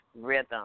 rhythm